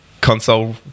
console